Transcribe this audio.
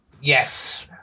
yes